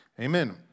Amen